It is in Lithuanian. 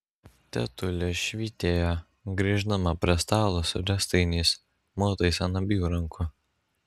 tetulė švytėjo grįždama prie stalo su riestainiais mautais ant abiejų rankų